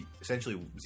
Essentially